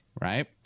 right